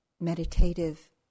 meditative